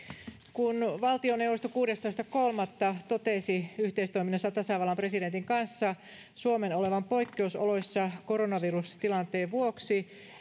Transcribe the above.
kun valtioneuvosto kuudestoista kolmatta totesi yhteistoiminnassa tasavallan presidentin kanssa suomen olevan poikkeusoloissa koronavirustilanteen vuoksi